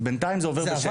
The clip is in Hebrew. בינתיים זה עובר בשקט.